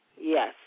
yes